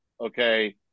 Okay